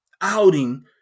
outing